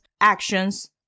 actions